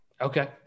Okay